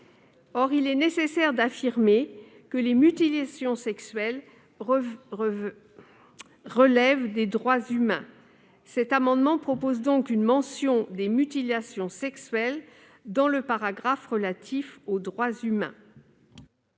Or il est nécessaire d'affirmer qu'elles relèvent des droits humains. Cet amendement tend donc à insérer une mention des mutilations sexuelles dans le paragraphe relatif aux droits humains.